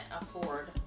afford